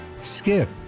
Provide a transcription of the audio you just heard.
Skip